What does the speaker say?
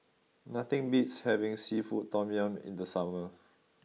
nothing beats having seafood Tom Yum in the summer